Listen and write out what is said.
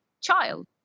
child